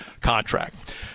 contract